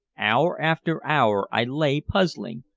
hour after hour i lay puzzling,